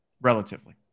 relatively